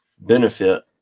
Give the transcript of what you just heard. benefit